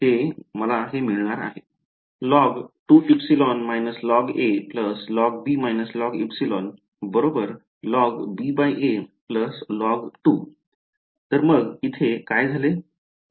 तर मग इथे काय झाले